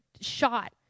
shot